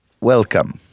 welcome